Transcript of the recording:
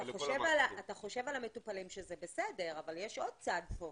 אתה חושב על המטופלים שזה בסדר, אבל יש עוד צד פה.